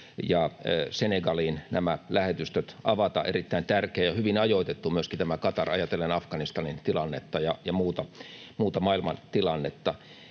Senegaliin nämä lähetystöt avata — erittäin tärkeä ja hyvin ajoitettu myöskin tämä Qatar ajatellen Afganistanin tilannetta ja muuta maailman tilannetta.